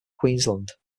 queensland